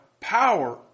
power